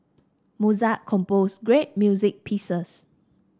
Mozart composed great music pieces